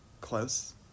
close